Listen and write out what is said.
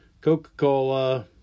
Coca-Cola